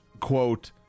quote